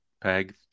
peg